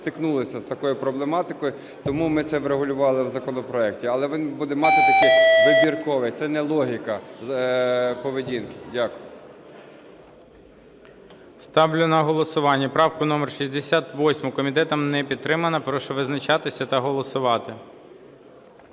стикнулися з такою проблематикою, тому ми це врегулювали в законопроекті. Але він буде мати такий вибірковий, це не логіка поведінки. Дякую. ГОЛОВУЮЧИЙ. Ставлю на голосування правку номер 68. Комітетом не підтримана. Прошу визначатися та голосувати.